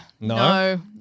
No